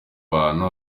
abantu